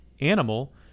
animal